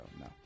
no